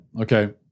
okay